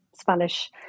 spanish